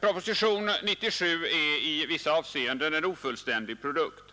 Propositionen 97 är i vissa avseenden en ofullständig produkt.